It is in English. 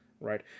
right